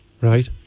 Right